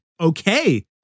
okay